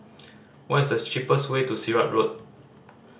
what is the cheapest way to Sirat Road